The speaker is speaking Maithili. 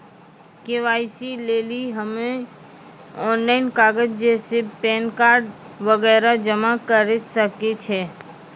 के.वाई.सी लेली हम्मय ऑनलाइन कागज जैसे पैन कार्ड वगैरह जमा करें सके छियै?